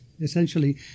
essentially